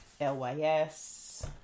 lys